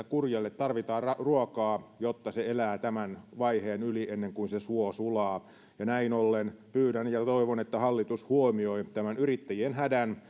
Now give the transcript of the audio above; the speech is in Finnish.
kurjelle tarvitaan ruokaa jotta se elää tämän vaiheen yli ennen kuin se suo sulaa ja näin ollen pyydän ja toivon että hallitus huomioi tämän yrittäjien hädän